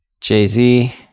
Jay-Z